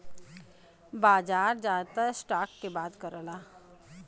बाजार जादातर स्टॉक के बात करला